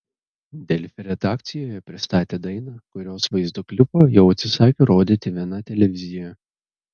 delfi redakcijoje pristatė dainą kurios vaizdo klipą jau atsisakė rodyti viena televizija